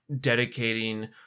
dedicating